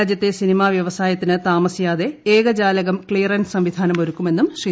രാജ്യത്തെ സിനിമ വൃവസായത്തിന് താമസിയാതെ ഏകജാലകം ക്ലിയറൻസ് സംവിധാനം ഒരുക്കുമെന്നും ശ്രീ